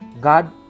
God